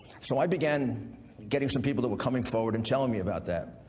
so i began getting some people that were coming forward and telling me about that.